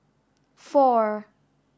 four